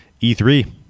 E3